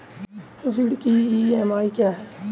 ऋण की ई.एम.आई क्या है?